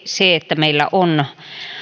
se että meillä on